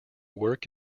work